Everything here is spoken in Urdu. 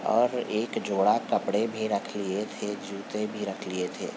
اور ایک جوڑا کپڑے بھی رکھ لیے تھے جوتے بھی رکھ لیے تھے